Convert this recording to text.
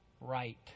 right